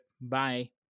bye